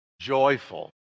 joyful